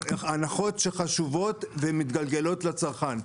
הן הנחות שחשובות ומתגלגלות לצרכן.